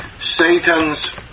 Satan's